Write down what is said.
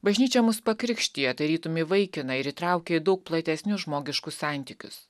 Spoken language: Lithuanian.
bažnyčia mus pakrikštija tarytum įvaikina ir įtraukia į daug platesnius žmogiškus santykius